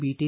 BT